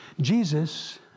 Jesus